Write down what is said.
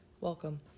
welcome